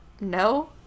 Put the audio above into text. no